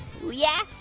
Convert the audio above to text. yeah,